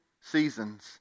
seasons